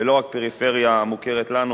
ולא רק הפריפריה המוכרת לנו,